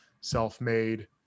self-made